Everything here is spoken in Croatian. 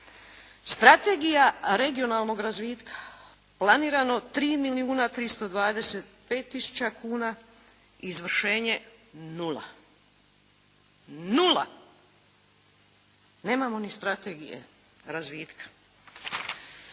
Strategija regionalnog razvitka, planirano 3 milijuna 325 tisuća kuna, izvršenje nula. Nula. Nemamo ni strategije razvitka.